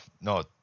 no